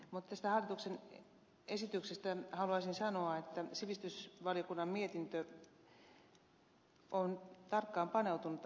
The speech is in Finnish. mutta hallituksen esityksestä haluaisin sanoa että sivistysvaliokunnan mietintö on tarkkaan paneutunut asiaan